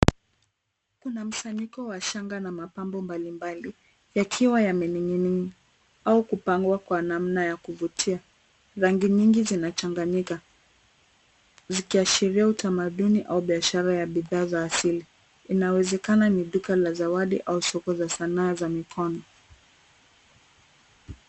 Kuna mkusanyiko wa shanga na mapambo mbalimbali yakiwa yamening'inia au kupangwa kwa namna ya kuvutia . Rangi nyingi zinachanganyika zikiashiria utamaduni au biashara ya bidhaa za asili. Inawezekana ni duka la zawadi au soko za sanaa za mikono.